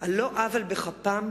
על לא עוול בכפם,